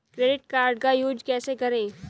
Credit card का use कैसे करें?